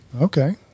Okay